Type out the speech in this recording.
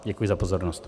Děkuji za pozornost.